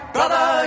Brother